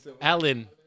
Alan